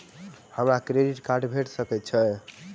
हमरा credit card भेट सकैत अछि?